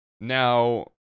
now